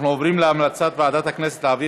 אנחנו עוברים להמלצת ועדת הכנסת להעביר